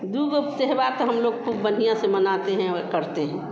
दूवो त्यौहार तो हम लोग ख़ूब बढ़िया से मनाते हैं वे करते हैं